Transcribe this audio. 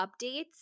updates